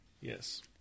Yes